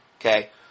Okay